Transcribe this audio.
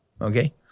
okay